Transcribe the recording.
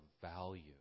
value